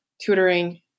tutoring